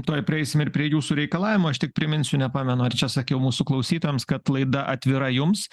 tuoj prieisim ir prie jūsų reikalavimų aš tik priminsiu nepamenu ar čia sakiau mūsų klausytojams kad laida atvira jums